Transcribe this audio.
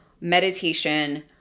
Meditation